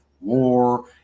war